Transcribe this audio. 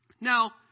Now